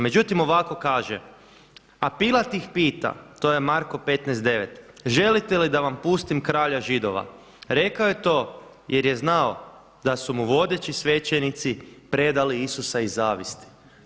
Međutim ovako kaže: „A Pilat ih pita“, to je Marko 15;9 „želite li da vam pustim kralja Židova, rekao je to jer je znao da su mu vodeći svećenici predali Isusa iz zavisti“